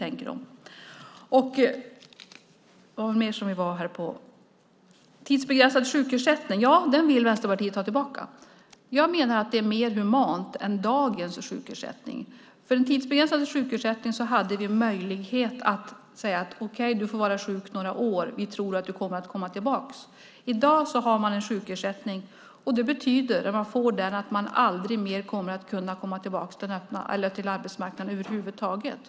Vänsterpartiet vill ha tillbaka den tidsbegränsade sjukersättningen. Jag menar att det är mer humant än dagens sjukersättning. Med den tidsbegränsade sjukersättningen hade vi möjlighet att säga: Du får vara sjuk några år; vi tror att du kommer tillbaka. När man får den sjukersättning vi har i dag betyder det att man aldrig kommer tillbaka till arbetsmarknaden över huvud taget.